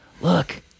look